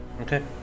okay